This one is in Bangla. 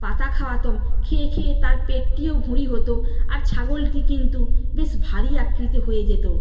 পাতা খাওয়াতাম খেয়ে খেয়ে তার পেটটিও ভুঁড়ি হতো আর ছাগলটি কিন্তু বেশ ভারী আকৃতি হয়ে যেতো